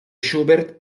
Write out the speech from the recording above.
schubert